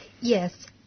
Yes